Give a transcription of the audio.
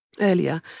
Earlier